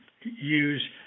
use